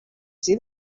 see